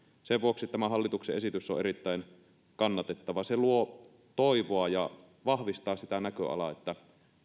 sen vuoksi tämä hallituksen esitys on erittäin kannatettava se luo toivoa ja vahvistaa sitä näköalaa että